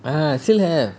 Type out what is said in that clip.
ah still have